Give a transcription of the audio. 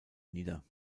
nieder